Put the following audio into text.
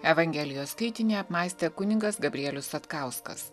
evangelijos skaitinį apmąstė kunigas gabrielius satkauskas